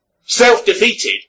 self-defeated